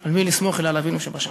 על מי לסמוך אלא על אבינו שבשמים.